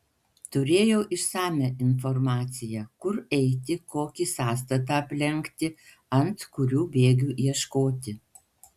turėjau išsamią informaciją kur eiti kokį sąstatą aplenkti ant kurių bėgių ieškoti